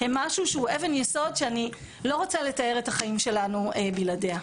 הם משהו שהוא אבן יסוד שאני לא רוצה לתאר את החיים שלנו בלעדיה.